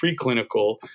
preclinical